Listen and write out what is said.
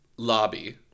Lobby